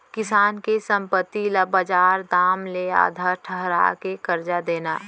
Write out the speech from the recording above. किसान के संपत्ति ल बजार दाम ले आधा ठहरा के करजा देना